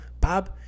Bob